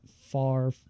far